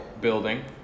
building